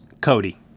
cody